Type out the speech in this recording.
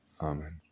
Amen